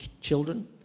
children